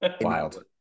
Wild